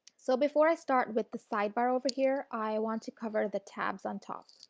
so, before i start with the side bar over here, i want to cover the tabs on top.